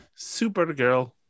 Supergirl